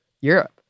Europe